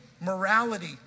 morality